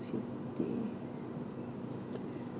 fifty